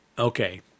Okay